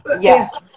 yes